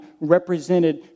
represented